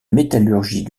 métallurgie